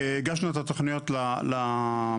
הגשנו את התוכניות למועצה.